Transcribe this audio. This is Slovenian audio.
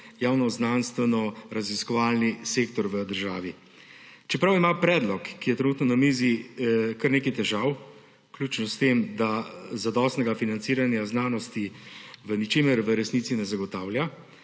javni znanstvenoraziskovalni sektor v državi. Čeprav ima predlog, ki je trenutno na mizi, kar nekaj težav, vključno s tem, da zadostnega financiranja znanosti v ničemer v resnici ne zagotavlja,